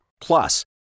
Plus